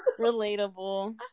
relatable